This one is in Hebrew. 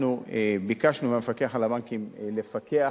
אנחנו ביקשנו מהמפקח על הבנקים לפקח,